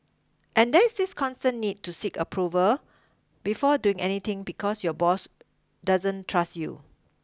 and there is this constant need to seek approval before doing anything because your boss doesn't trust you